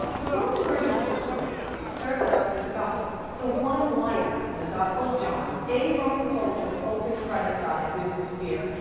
the roman version of the story starts out with the gospel. it's a one-liner in the gospel of john a roman soldier opened christ's side with his spear.